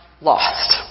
lost